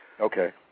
Okay